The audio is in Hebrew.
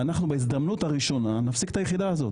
ואנחנו בהזדמנות הראשונה נפסיק את היחידה הזאת